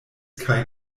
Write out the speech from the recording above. kaj